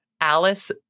Alice